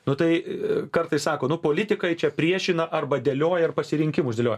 nu tai kartais sako nu politikai čia priešina arba dėlioja ir pasirinkimus dėlioja